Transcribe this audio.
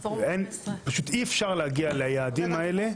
אין, פשוט אי אפשר להגיע ליעדים האלה.